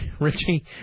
richie